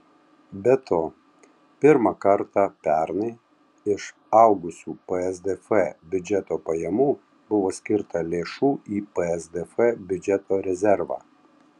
be to pirmą kartą pernai iš augusių psdf biudžeto pajamų buvo skirta lėšų į psdf biudžeto rezervą